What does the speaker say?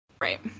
Right